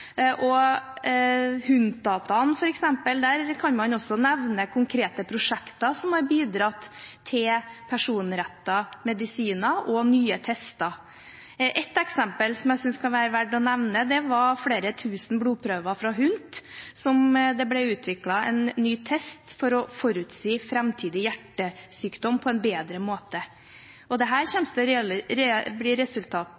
kan man også nevne konkrete prosjekter som har bidratt til personrettede medisiner og nye tester. Ett eksempel som jeg synes det kan være verdt å nevne, er at det av flere tusen blodprøver fra HUNT ble utviklet en ny test for å kunne forutsi framtidig hjertesykdom på en bedre måte.